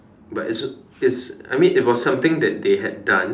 but it's a if I mean it was something that they had done